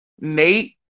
Nate